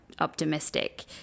optimistic